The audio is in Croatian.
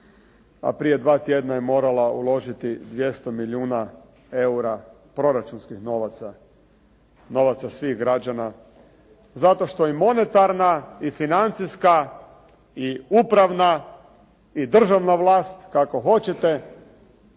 a prije dva tjedna je morala uložiti 200 milijuna EUR-a proračunskih novaca, novaca svih građana zato što i monetarna i financijska i upravna i državna vlast kako hoćete